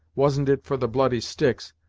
wasn't it for the bloody sticks,